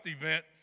event